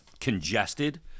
congested